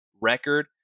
record